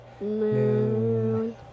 moon